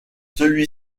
celui